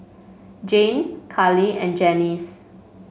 Jane Karli and Janis